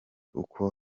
uko